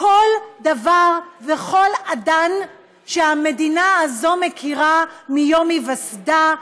כל דבר וכל אדן שהמדינה הזאת מכירה מיום היווסדה,